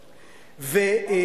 טוב, בגין היה